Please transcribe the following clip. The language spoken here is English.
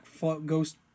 ghost